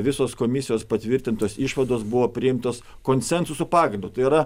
visos komisijos patvirtintos išvados buvo priimtos konsensuso pagrindu tai yra